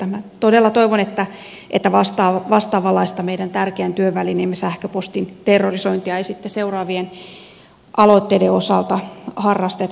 minä todella toivon että vastaavanlaista meidän tärkeän työvälineemme sähköpostin terrorisointia ei sitten seuraavien aloitteiden osalta harrasteta